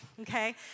okay